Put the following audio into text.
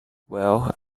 well